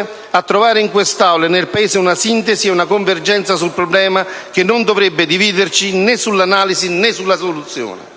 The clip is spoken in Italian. è a trovare in quest'Aula e nel Paese una sintesi e una convergenza sul problema che non dovrebbe dividerci né sull'analisi né sulla soluzione.